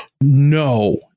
no